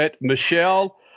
Michelle